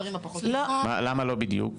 למה לא בדיוק?